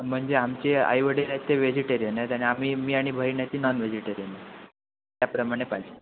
म्हणजे आमचे आईवडील आहेत ते वेजिटेरियन आहेत आणि आम्ही मी आणि बहीण आहेत ती नॉन वेजिटेरियन आहेत त्याप्रमाणे पाहिजे